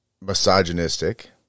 misogynistic